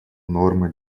нормы